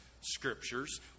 scriptures